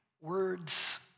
words